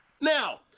Now